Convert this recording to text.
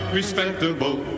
respectable